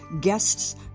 guests